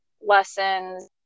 lessons